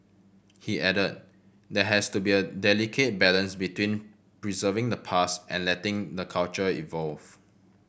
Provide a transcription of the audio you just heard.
he added there has to be a delicate balance between preserving the past and letting the culture evolve